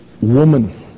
woman